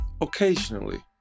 Occasionally